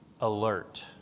Alert